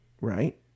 Right